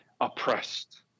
oppressed